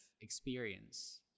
experience